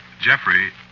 Jeffrey